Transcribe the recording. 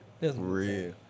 real